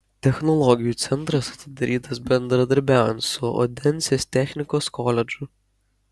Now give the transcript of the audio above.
technologijų centras atidarytas bendradarbiaujant su odensės technikos koledžu